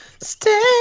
Stay